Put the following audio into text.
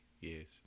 years